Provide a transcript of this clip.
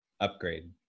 Upgrade